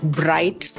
bright